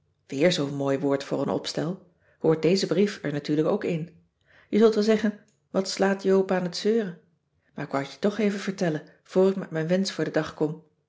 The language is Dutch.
weer zoo'n mooi woord voor een opstel hoort deze brief er natuurlijk ook in je zult wel zeggen wat slaat joop aan t zeuren maar ik wou t je toch even vertellen voor ik met mijn wensch voor den dag kom